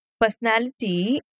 Personality